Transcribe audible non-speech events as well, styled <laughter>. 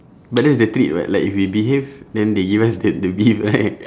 but that's the treat [what] like if we behave then they give us the the beef <laughs> right